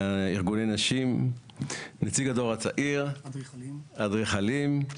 ארגוני נשים, נציג הדור הצעיר, אדריכלים,